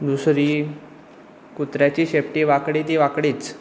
दुसरी कुत्र्याची शेंपडी वांकडी ती वांकडीच